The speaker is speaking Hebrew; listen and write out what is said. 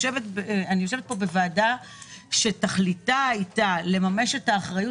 אני יושבת פה בוועדה שתכליתה הייתה לממש את האחריות